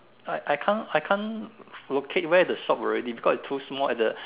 I I can't I can't locate where the shop already because it's too small at the